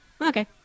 okay